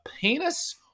penis